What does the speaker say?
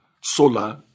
sola